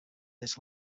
this